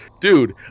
dude